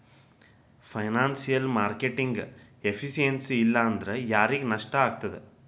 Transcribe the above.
Financial marketing efficiency ಇಲ್ಲಾಂದ್ರ ಯಾರಿಗ್ ನಷ್ಟಾಗ್ತದ?